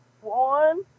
One